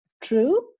True